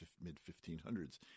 mid-1500s